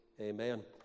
Amen